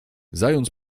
zając